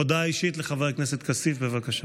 הודעה אישית לחבר הכנסת כסיף, בבקשה.